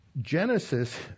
Genesis